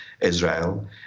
Israel